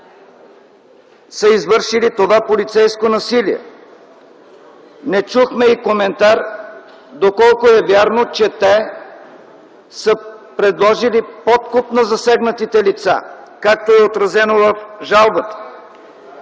са извършили това полицейско насилие. Не чухме и коментар доколко е вярно, че те са предложили подкуп на засегнатите лица, както е отразено в жалбата.